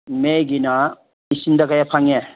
ꯃꯦꯒꯤꯅ ꯏꯁꯤꯡꯗ ꯀꯌꯥ ꯐꯪꯉꯦ